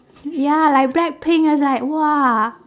ya like blackpink it's like !wah!